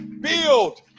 build